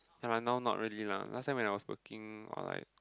right now not really lah last time when I was working I'll like